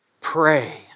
pray